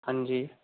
ਹਾਂਜੀ